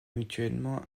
mutuellement